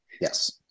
Yes